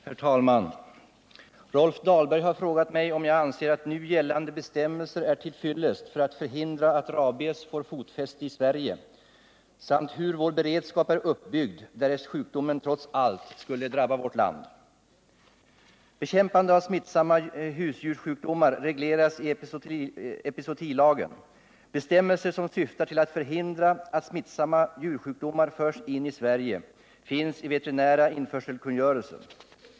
Herr talman! Rolf Dahlberg har frågat mig om jag anser att nu gällande bestämmelser är till fyllest för att förhindra att rabies får fotfäste i Sverige samt hur vår beredskap är uppbyggd, därest sjukdomen trots allt skulle drabba vårt land. Bekämpande av smittsamma husdjurssjukdomar regleras i epizootilagen . Bestämmelser som syftar till att förhindra att smittsamma djursjukdomar förs in i Sverige finns i veterinära införselkungörelsen .